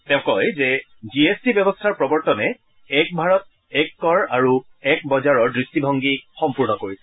তেওঁ কয় যে জি এছ টি ব্যৱস্থাৰ প্ৰৱৰ্তনে এক ভাৰত এক কৰ আৰু এক বজাৰৰ দৃষ্টিভংগী পূৰ্ণ কৰিছে